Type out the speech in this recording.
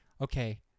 Okay